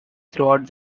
throughout